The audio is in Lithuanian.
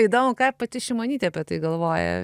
įdomu ką pati šimonytė apie tai galvoja